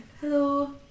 hello